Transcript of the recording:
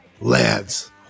lads